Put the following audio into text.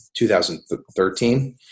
2013